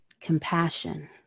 compassion